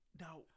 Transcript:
Now